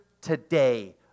today